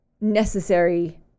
necessary